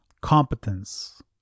Competence